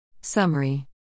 Summary